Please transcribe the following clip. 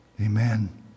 Amen